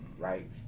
Right